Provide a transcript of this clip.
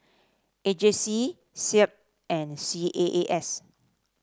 A J C SEAB and C A A S